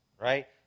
right